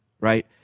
right